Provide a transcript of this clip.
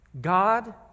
God